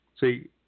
See